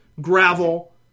gravel